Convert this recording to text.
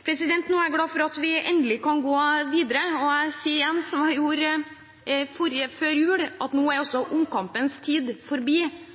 Nå er jeg glad for at vi endelig kan gå videre, og jeg sier igjen, som jeg gjorde før jul, at nå er omkampenes tid forbi,